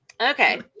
Okay